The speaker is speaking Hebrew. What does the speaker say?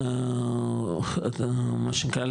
מה שנקרא,